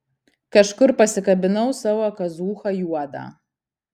kažkur pasikabinau savo kazūchą juodą